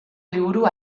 liburu